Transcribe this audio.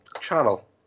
channel